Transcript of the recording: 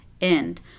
end